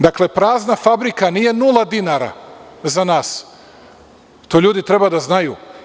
Dakle, prazna fabrika nije nula dinara za nas, to ljudi treba da znaju.